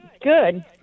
good